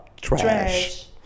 trash